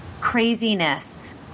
craziness